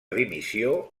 dimissió